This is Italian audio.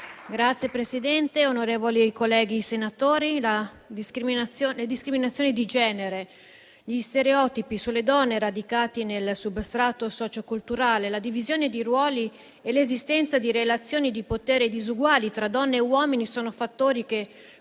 Signor Presidente, onorevoli colleghi senatori, le discriminazioni di genere, gli stereotipi sulle donne radicati nel substrato socio-culturale, la divisione di ruoli e l'esistenza di relazioni di potere disuguali tra donne e uomini sono fattori che